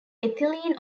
ethylene